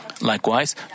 Likewise